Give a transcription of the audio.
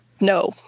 no